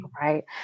Right